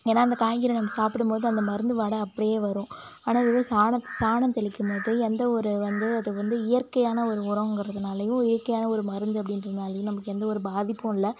ஏன்னால் அந்த காய்கறி நம்ம சாப்பிடும்போது அந்த மருந்து வாடை அப்படியே வரும் ஆனால் இதுவே சாண சாணம் தெளிக்கும்போது எந்த ஒரு வந்து அது வந்து இயற்கையான ஒரு உரங்கிறதுனாலேயும் இயற்கையான ஒரு மருந்து அப்படின்றதுனாலையும் நமக்கு எந்த ஒரு பாதிப்பும் இல்லை